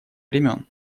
времён